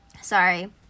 Sorry